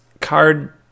card